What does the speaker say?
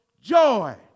joy